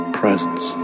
presence